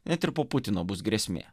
net ir po putino bus grėsmė